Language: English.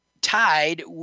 tied